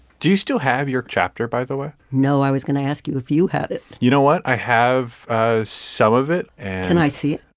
do you still have your chapter, by the way? no. i was going to ask you if you had it. you know what? i have ah some of it and i see it.